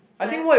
five